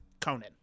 Conan